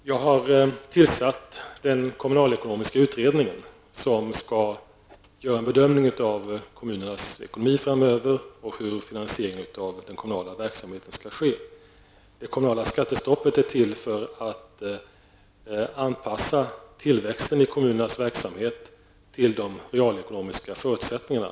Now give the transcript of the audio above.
Herr talman! Jag har tillsatt den kommunalekonomiska utredningen, som skall göra en bedömning av kommunernas ekonomi framöver och hur finansieringen av den kommunal verksamheten skall ske. Det kommunala skattestoppet är till för att anpassa tillväxten i kommunernas verksamhet till de realekonomiska förutsättningarna.